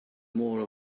more